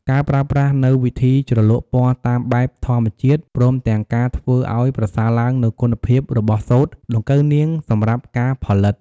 ការប្រើប្រាស់នូវវិធីជ្រលក់ពណ៌តាមបែប ធម្មជាតិព្រមទាំងការធ្វើឱ្យប្រសើរឡើងនូវគុណភាពរបស់សូត្រដង្កូវនាងសម្រាប់ការផលិត។